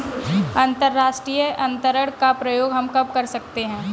अंतर्राष्ट्रीय अंतरण का प्रयोग हम कब कर सकते हैं?